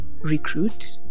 recruit